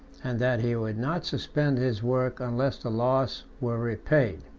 and that he would not suspend his work unless the loss were repaid.